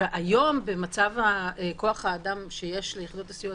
היום במצב כוח האדם שיש ליחידות הסיוע,